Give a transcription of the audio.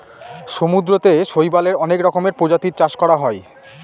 সমুদ্রতে শৈবালের অনেক রকমের প্রজাতির চাষ করা হয়